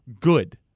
good